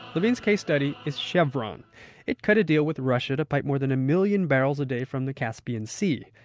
levine's case study is chevron it cut a deal with russia to pipe more than a million barrels a day from the caspian sea.